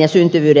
ja syntyvyyden lisääminen